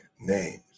names